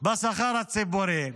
בשכר הציבורי.